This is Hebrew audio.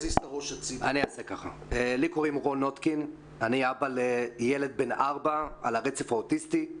אני אבא לילד בן ארבע על הרצף האוטיסטי,